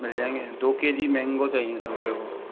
मिल जाएंगे दो K G mango चाहिए सर मेरे को